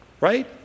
Right